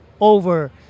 over